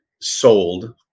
sold